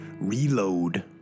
reload